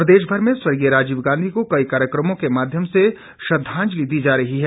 प्रदेश भर में स्व राजीव गांधी को कई कार्यक्रमों के माध्यम से श्रद्वांजलि दी जा रही है